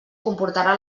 comportarà